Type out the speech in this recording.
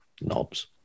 knobs